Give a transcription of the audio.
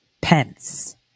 Pence